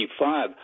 55